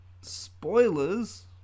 Spoilers